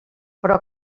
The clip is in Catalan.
però